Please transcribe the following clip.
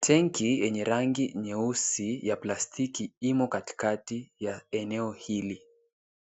Tenki yenye rangi nyeusi ya plastiki imo katikati ya eneo hili.